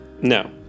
No